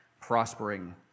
Prospering